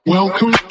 Welcome